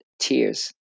Cheers